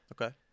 Okay